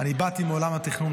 אני באתי מעולם התכנון,